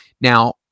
Now